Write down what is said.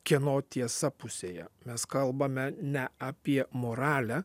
kieno tiesa pusėje mes kalbame ne apie moralę